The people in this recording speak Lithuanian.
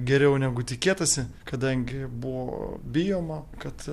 geriau negu tikėtasi kadangi buvo bijoma kad